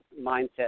mindset